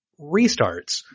Restarts